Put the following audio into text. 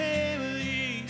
family